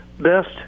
Best